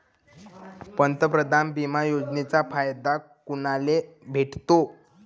पंतप्रधान बिमा योजनेचा फायदा कुनाले भेटतो?